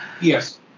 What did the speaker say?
Yes